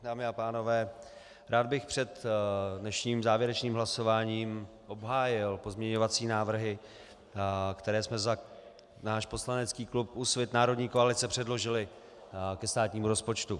Dámy a pánové, rád bych před dnešním závěrečným hlasováním obhájil pozměňovací návrhy, které jsme za náš poslanecký klub Úsvit národní koalice předložili ke státnímu rozpočtu.